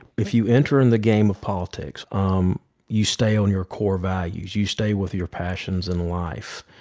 if you enter in the game of politics, um you stay on your core values. you stay with your passions in life.